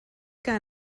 que